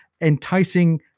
enticing